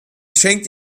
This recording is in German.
schenkte